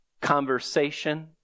conversation